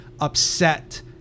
upset